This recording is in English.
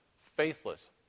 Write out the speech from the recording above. faithless